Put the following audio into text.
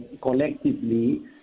collectively